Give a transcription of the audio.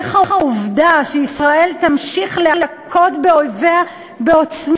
איך העובדה שישראל תמשיך להכות באויביה בעוצמה,